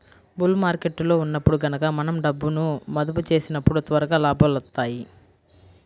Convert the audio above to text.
bull మార్కెట్టులో ఉన్నప్పుడు గనక మనం డబ్బును మదుపు చేసినప్పుడు త్వరగా లాభాలొత్తాయి